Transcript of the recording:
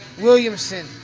Williamson